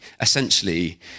essentially